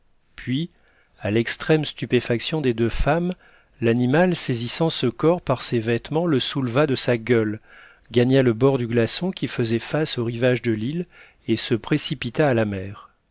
puis à l'extrême stupéfaction des deux femmes l'animal saisissant ce corps par ses vêtements le souleva de sa gueule gagna le bord du glaçon qui faisait face au rivage de l'île et se précipita à la mer